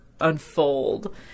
unfold